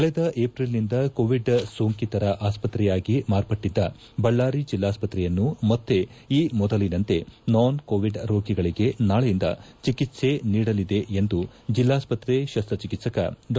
ಕಳೆದ ಏಪ್ರಿಲ್ನಿಂದ ಕೊವಿಡ್ ಸೊಂಕಿತರ ಆಸ್ಪತ್ರೆಯಾಗಿ ಮಾರ್ಪಟ್ಟದ್ದ ಬಳ್ಳಾರಿ ಜಿಲ್ಲಾಸ್ಪತ್ರೆಯನ್ನು ಮತ್ತೆ ಈ ಮೊದಲಿನಂತೆ ನಾನ್ ಕೋವಿಡ್ ರೋಗಿಗಳಿಗೆ ನಾಳೆಯಿಂದ ಚಿಕಿತ್ಸೆ ನೀಡಲಿದೆ ಎಂದು ಜಿಲ್ಲಾಸ್ತತ್ರೆ ಶಸ್ತ್ರಚಿಕಿತ್ಸಕ ಡಾ